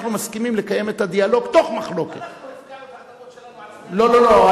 אנחנו הפקענו את האדמות שלנו עצמנו, לא, לא, לא.